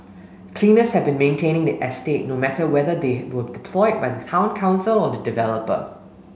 cleaners have been maintaining the estate no matter whether they were deployed by the Town Council or the developer